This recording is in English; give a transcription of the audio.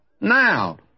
Now